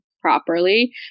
properly